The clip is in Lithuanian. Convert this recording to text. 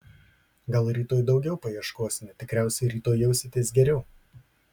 gal rytoj daugiau paieškosime tikriausiai rytoj jausitės geriau